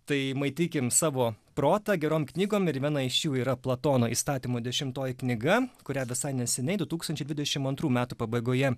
tai maitikim savo protą gerom knygom ir viena iš jų yra platono įstatymų dešimtoji knyga kurią visai neseniai du tūkstančiai dvidešimt antrų metų pabaigoje